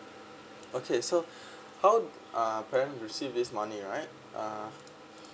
okay so how uh parent receive this money right uh